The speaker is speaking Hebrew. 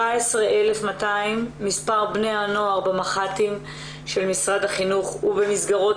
17,200 בני נוער במח"טים של משרד החינוך ובמסגרות